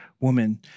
woman